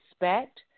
respect